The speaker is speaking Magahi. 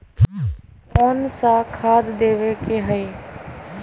कोन सा खाद देवे के हई?